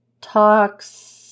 talks